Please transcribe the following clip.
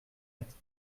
être